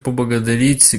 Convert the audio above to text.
поблагодарить